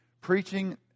Preaching